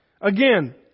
Again